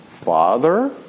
Father